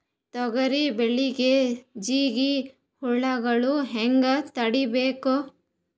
ತೊಗರಿ ಬೆಳೆಗೆ ಜಿಗಿ ಹುಳುಗಳು ಹ್ಯಾಂಗ್ ತಡೀಬೇಕು?